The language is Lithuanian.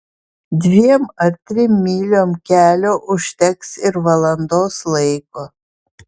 dviem ar trim myliom kelio užteks ir valandos laiko